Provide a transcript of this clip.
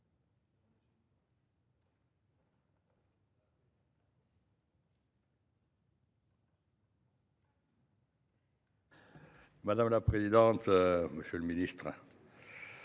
Madame la présidente, monsieur le ministre,